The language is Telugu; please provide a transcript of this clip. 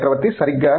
చక్రవర్తి సరిగ్గా